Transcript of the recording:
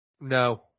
No